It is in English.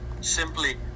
simply